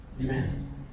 Amen